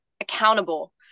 accountable